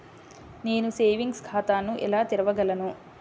నేను సేవింగ్స్ ఖాతాను ఎలా తెరవగలను?